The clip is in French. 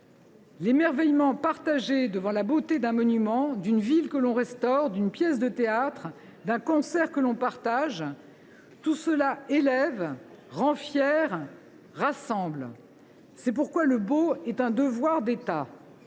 L’émerveillement partagé devant la beauté d’un monument, d’une ville que l’on restaure, d’une pièce de théâtre, d’un concert que l’on partage, élève, rend fier, rassemble. « C’est pourquoi le beau est un devoir d’État.